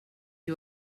you